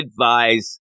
advise